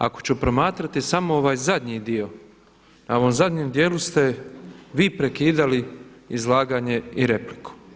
Ako ću promatrati samo ovaj zadnji dio, na ovom zadnjem dijelu ste vi prekidali izlaganje i repliku.